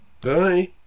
Bye